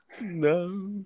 No